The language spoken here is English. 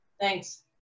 Thanks